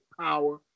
power